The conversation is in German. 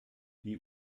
die